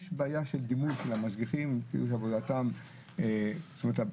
יש בעיה של דימוי של המשגיחים זאת אומרת,